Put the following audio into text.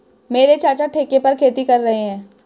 मेरे चाचा ठेके पर खेती कर रहे हैं